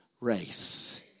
race